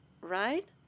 right